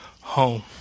home